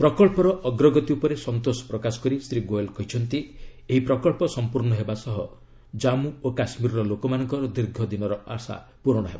ପ୍ରକଚ୍ଚର ଅଗ୍ରଗତି ଉପରେ ସନ୍ତୋଷ ପ୍ରକାଶ କରି ଶ୍ରୀ ଗୋୟଲ କହିଛନ୍ତି ଏହି ପ୍ରକଳ୍ପ ସମ୍ପର୍ଷ୍ଣ ହେବା ସହ ଜାନ୍ମୁ ଓ କାଶ୍ମୀରର ଲୋକମାନଙ୍କର ଦୀର୍ଘଦିନର ଆଶା ପୂରଣ ହେବ